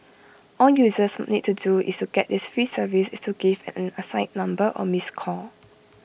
all users need to do to get this free service is to give an assigned number A missed call